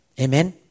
amen